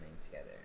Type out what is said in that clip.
together